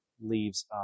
leaves